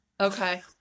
Okay